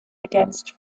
against